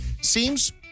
Seems